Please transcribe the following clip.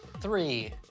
Three